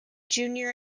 junior